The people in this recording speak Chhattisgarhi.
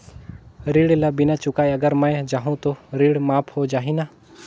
ऋण ला बिना चुकाय अगर मै जाहूं तो ऋण माफ हो जाही न?